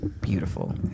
beautiful